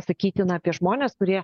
sakytina apie žmones kurie